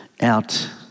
Out